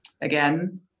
again